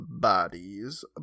Bodies